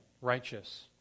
righteous